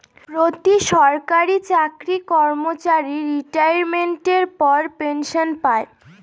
প্রতি সরকারি চাকরি কর্মচারী রিটাইরমেন্টের পর পেনসন পায়